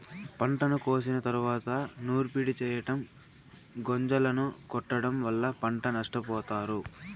పంటను కోసిన తరువాత నూర్పిడి చెయ్యటం, గొంజలను కొట్టడం వల్ల పంట నష్టపోతారు